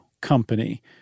Company